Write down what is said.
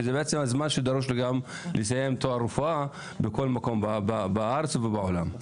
שזה בעצם הזמן שדרוש גם לסיים תואר רפואה בכל מקום בארץ ובעולם.